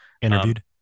Interviewed